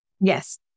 Yes